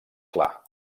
clar